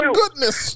goodness